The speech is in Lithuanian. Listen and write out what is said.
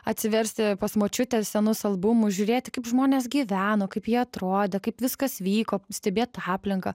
atsiversti pas močiutę senus albumus žiūrėti kaip žmonės gyveno kaip jie atrodė kaip viskas vyko stebėt aplinką